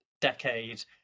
decade